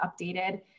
updated